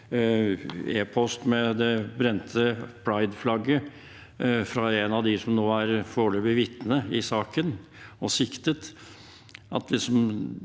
e-posten med det brente prideflagget fra en av dem som nå er foreløpig vitne i saken og siktet. At